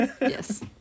Yes